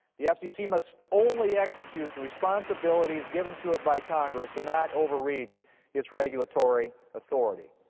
the f c c. must only execute the responsibilities given to it by congress and not overreach its regulatory authority.